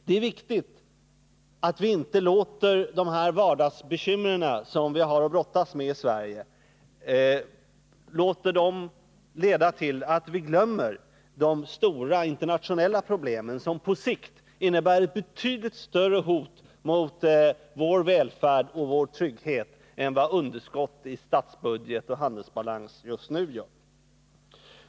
Det är viktigt att vi inte låter de vardagsbekymmer som vi har att brottas med i Sverige leda till att vi glömmer de stora internationella problemen som på sikt innebär ett betydligt större hot mot vår välfärd och trygghet än vad underskott i statsbudget och handelsbalans just nu gör.